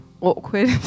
awkward